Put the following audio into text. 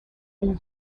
اون